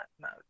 mode